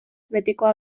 betikoa